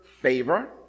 favor